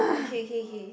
okay